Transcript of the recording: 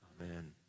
Amen